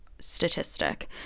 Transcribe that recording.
statistic